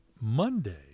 Monday